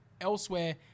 elsewhere